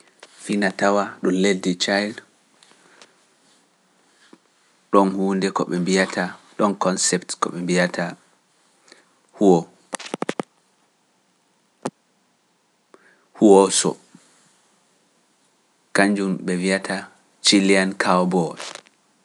Fina-tawa ɗum leydi Chile, ɗon huunde ko ɓe mbiyata, ɗon concept ko ɓe mbiyata huwo, huwooso, kannjum ɓe mbiyata Chilian Cowboy.